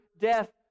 death